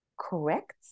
correct